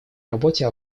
работе